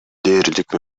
дээрлик